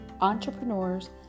entrepreneurs